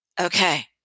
Okay